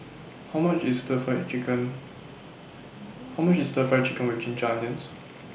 How much IS Stir Fry Chicken How much IS Stir Fry Chicken with Ginger Onions